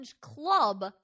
club